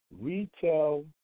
Retail